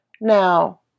Now